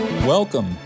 Welcome